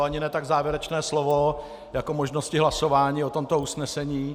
Ani ne tak závěrečné slovo jako možnosti hlasování o tomto usnesení.